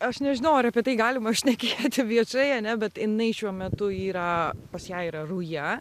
aš nežinau ar apie tai galima šnekėti viešai ane bet jinai šiuo metu yra pas ją yra ruja